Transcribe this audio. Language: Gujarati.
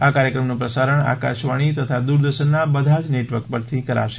આ કાર્યક્રમનું પ્રસારણ આકાશવાણી તથા દૂરદર્શનના બધા જ નેટવર્ક પરથી કરશે